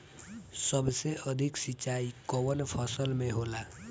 सबसे अधिक सिंचाई कवन फसल में होला?